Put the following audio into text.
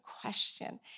question